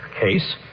case